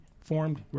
formed